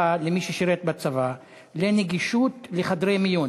למי ששירת בצבא לנגישות לחדרי מיון?